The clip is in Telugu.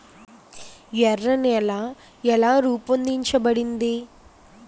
ఎర్ర నేల ఎలా రూపొందించబడింది?